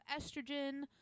estrogen